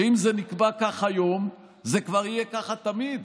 שאם זה נקבע כך היום, זה כבר יהיה כך תמיד.